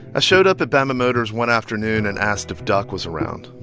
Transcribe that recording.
showed up at bama motors one afternoon and asked if duck was around.